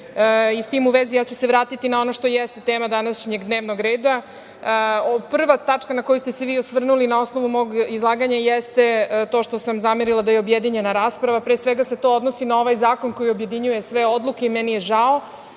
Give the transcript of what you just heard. i s tim u vezi ja ću se vratiti na ono što jeste tema današnjeg dnevnog reda. Prva tačka na koju ste se vi osvrnuli na osnovu mog izlaganja jeste to što sam zamerila da je objedinjena rasprava, pre svega se to odnosi na ovaj zakon koji objedinjuje sve odluke i meni je žao,